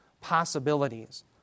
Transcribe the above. possibilities